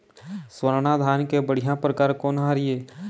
स्वर्णा धान के बढ़िया परकार कोन हर ये?